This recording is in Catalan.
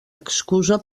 excusa